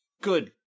Good